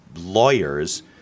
Lawyers